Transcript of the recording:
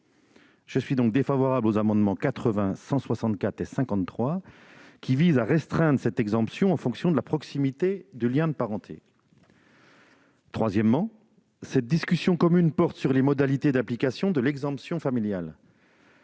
Je suis donc défavorable aux amendements n 80 rectifié, 53 et 164, tendant à restreindre cette exemption en fonction de la proximité du lien de parenté. Troisièmement, cette discussion commune porte sur les modalités d'application de l'exemption familiale.